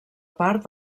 part